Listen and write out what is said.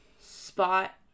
spot